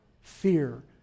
fear